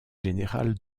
général